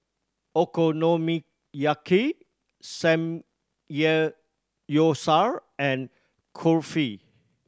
Okonomiyaki Samgeyopsal and Kulfi